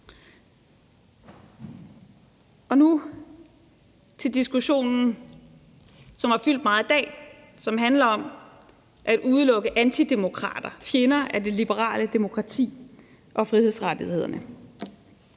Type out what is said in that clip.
jeg til diskussionen, som har fyldt meget i dag. Den handler om at udelukke antidemokrater og fjender af det liberale demokrati og frihedsrettighederne.